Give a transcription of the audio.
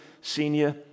senior